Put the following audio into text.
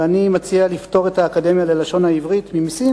ואני מציע לפטור את האקדמיה ללשון העברית ממסים,